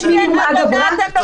התרגלנו.